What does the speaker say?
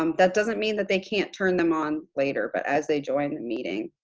um that doesn't mean that they can't turn them on later, but as they join the meeting,